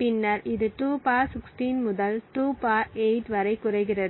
பின்னர் இது 2 16 முதல் 2 8 வரை குறைகிறது